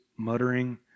muttering